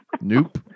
Nope